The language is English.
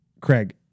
Craig